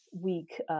week